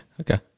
Okay